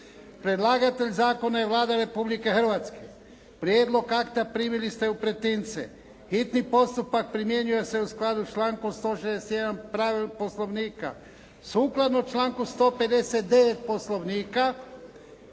Predlagatelj zakona je Vlada Republike Hrvatske. Prijedlog akta primili ste u pretince. Hitni postupak primjenjuje se u skladu s člankom 161. Poslovnika. Sukladno članku 159. Poslovnika